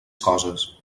coses